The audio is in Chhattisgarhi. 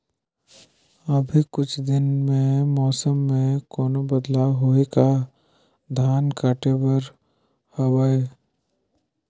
अभी कुछ दिन मे मौसम मे कोनो बदलाव होही का? धान काटे बर हवय?